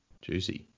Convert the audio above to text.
Juicy